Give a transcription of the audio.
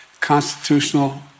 constitutional